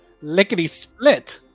lickety-split